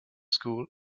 school